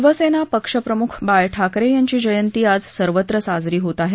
शिवसेना पक्षप्रमुख बाळा ठाकरे यांची जयंती आज सर्वत्र साजरी होत आहे